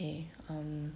okay um